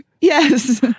Yes